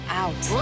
out